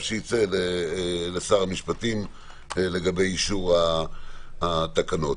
שנוציא לשר המשפטים לגבי אישור התקנות.